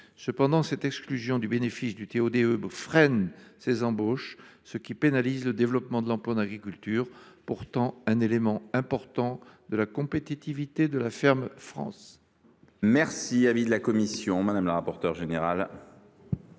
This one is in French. Or leur exclusion du bénéfice du TO DE freine ces embauches, ce qui pénalise le développement de l’emploi en agriculture, pourtant un élément important de la compétitivité de la ferme France.